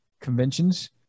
conventions